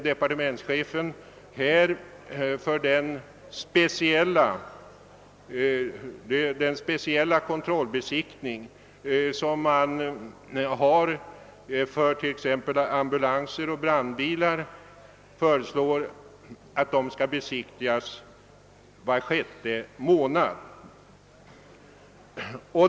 Departementschefen föreslår att den speciella kontrollbesiktning som finns för t.ex. ambulanser och brandbilar skall äga rum var sjätte månad.